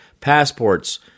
passports